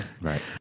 Right